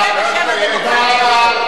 זה בשם הדמוקרטיה.